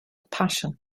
passion